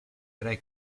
tre